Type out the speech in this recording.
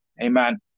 Amen